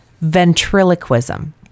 ventriloquism